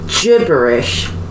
gibberish